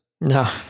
No